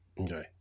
Okay